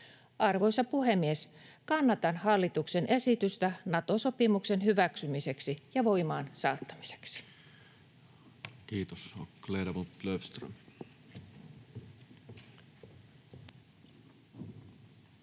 Arvoisa puhemies! Kannatan hallituksen esitystä Nato-sopimuksen hyväksymiseksi ja voimaan saattamiseksi. [Speech